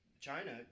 China